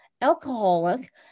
alcoholic